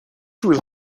will